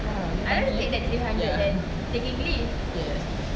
!wow! then means ya yes